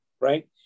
right